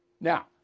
Now